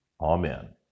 Amen